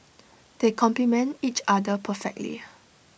they complement each other perfectly